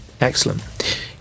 excellent